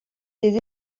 des